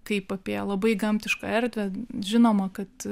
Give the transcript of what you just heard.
kaip apie labai gamtišką erdvę žinoma kad